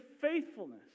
faithfulness